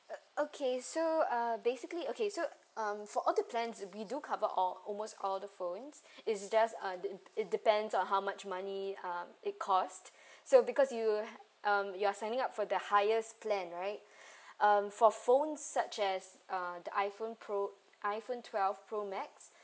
uh okay so uh basically okay so um for all the plans we do cover all almost all the phones it's just uh it~ it depends on how much money um it cost so because you'll um you're signing up for the highest plan right um for phone such as uh the iPhone pro iPhone twelve pro max